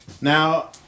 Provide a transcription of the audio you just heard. Now